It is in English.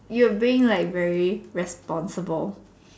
you are being like very responsible